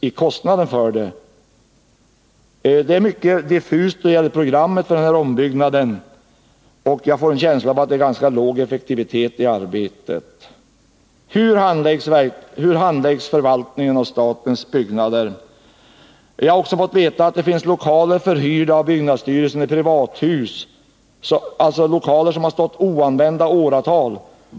Programmet för den här ombyggnaden är mycket diffust, och jag får en känsla av att det är ganska låg effektivitet i arbetet. Hur handläggs förvaltningen av statens byggnader? Jag har också fått veta att lokaler förhyrts av byggnadsstyrelsen i privathus, lokaler som har stått oanvända i åratal.